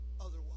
otherwise